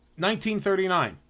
1939